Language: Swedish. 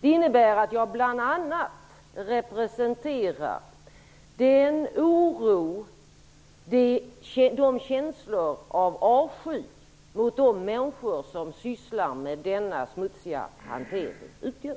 Det innebär att jag bl.a. representerar den oro och de känslor av avsky mot de människor som sysslar med denna smutsiga hantering som detta utgör.